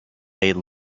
made